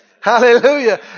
Hallelujah